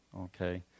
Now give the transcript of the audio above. okay